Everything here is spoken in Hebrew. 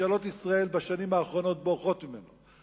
ממשלות ישראל בשנים האחרונות, בורחות ממנה?